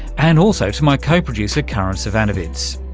and also to my co-producer karin zsivanovits.